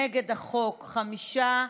נגד החוק, חמישה.